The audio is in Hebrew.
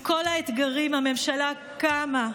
עם כל האתגרים, הממשלה קמה,